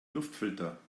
luftfilter